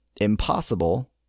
impossible